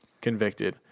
convicted